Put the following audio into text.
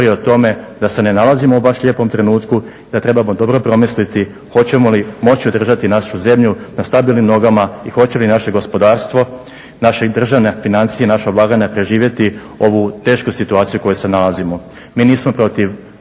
govori o tome da se ne nalazimo u baš lijepom trenutku i da trebamo dobro promisliti hoćemo li moći održati našu zemlju na stabilnim nogama i hoće li naše gospodarstvo, naše državne financije, naša blagajna preživjeti ovu tešku situaciju u kojoj se nalazimo. Mi nismo protiv